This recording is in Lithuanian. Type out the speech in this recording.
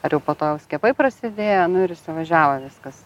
ar jau po to skiepai prasidėjo nu ir įsivažiavo viskas